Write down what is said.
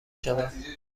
شوم